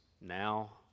now